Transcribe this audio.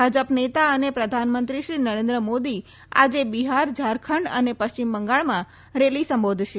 ભાજપ નેતા અને પ્રધાનમંત્રી શ્રી નરેન્દ્ર મોદી આજે બિહાર ઝારખંડ અને પશ્ચિમ બંગાળમાં રેલી સંબોધશે